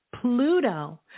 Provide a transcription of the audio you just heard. Pluto